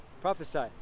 prophesy